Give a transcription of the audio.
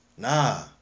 Nah